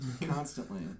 constantly